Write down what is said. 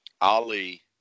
Ali